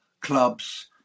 clubs